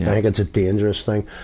yeah. i think it's a dangerous thing.